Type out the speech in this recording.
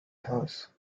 house